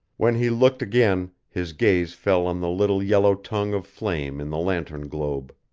when he looked again his gaze fell on the little yellow tongue of flame in the lantern globe.